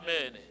Amen